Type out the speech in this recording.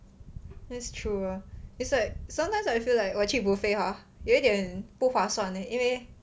that's true it's like sometimes I feel like 我去 buffet hor 有点不划算 leh 因为